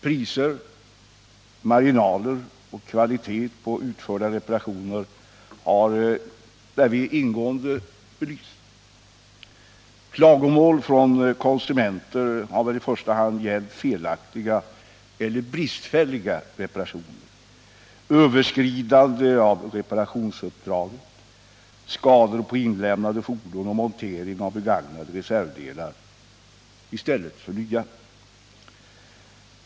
Priser, marginaler och kvalitet på utförda repara tioner har därvid ingående belysts. Klagomål från konsumenter har väl i första hand gällt felaktiga eller bristfälliga reparationer, överskridande av reparationsuppdrag, skador på inlämnade fordon och montering av begagnade reservdelar i stället för nya.